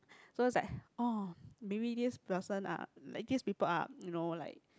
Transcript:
so is like oh maybe this person are like this people are you know like